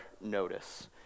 notice